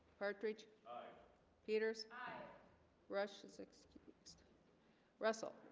partridge peters rush is excused russell,